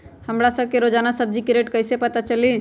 हमरा सब के रोजान सब्जी के रेट कईसे पता चली?